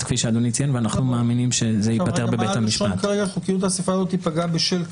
כפי שאדוני ציין ואנחנו מאמינים שזה ייפתר בבית המשפט.